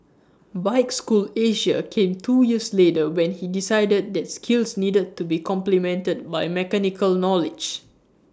bike school Asia came two years later when he decided that skills needed to be complemented by mechanical knowledge